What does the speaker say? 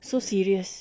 so serious